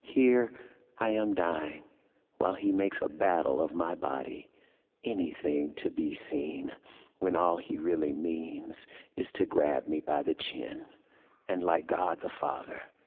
here i am dying while he makes a battle of my body anything to be seen when all he really means is to grab me by the chin and, like god the father,